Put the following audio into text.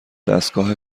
دستگاه